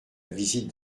visite